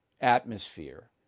atmosphere